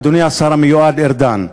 אדוני השר המיועד ארדן.